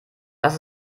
das